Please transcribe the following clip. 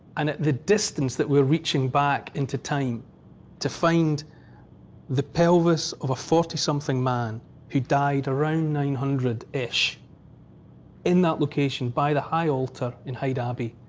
and at the distance that we're reaching back into time to find the pelvis of a forty something man who died around nine hundred ish in that location by the high altar in hyde abbey,